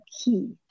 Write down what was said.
key